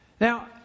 Now